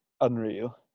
unreal